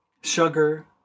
sugar